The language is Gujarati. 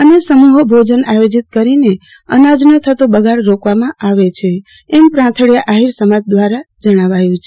અને સમુહ ભોજન આયોજીત કરીને અનાજનો થતો બગાડ રોકવામાં આવે છે એમ પ્રાંથળીયા આહિર સમાજ દ્રારા જણાવાયુ છે